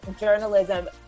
journalism